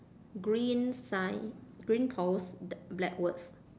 green sign green post da~ black words